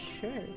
Sure